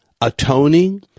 atoning